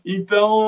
Então